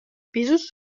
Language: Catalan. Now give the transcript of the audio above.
pisos